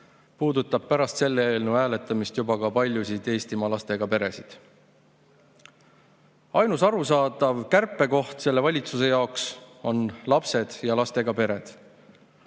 puudutab pärast selle eelnõu hääletamist juba ka paljusid Eestimaa lastega peresid. Ainus arusaadav kärpekoht selle valitsuse jaoks on lapsed ja lastega pered.